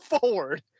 forward